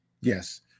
Yes